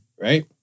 Right